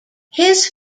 his